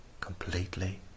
completely